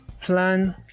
plan